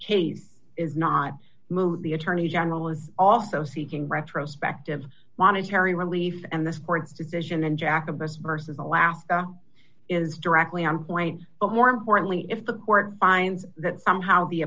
case is not moot the attorney general is also seeking retrospective monetary relief and this court to vision and jack of this versus alaska is directly on point but more importantly if the court finds that somehow the